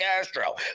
Castro